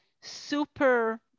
super